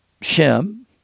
Shem